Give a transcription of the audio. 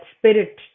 spirit